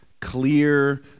clear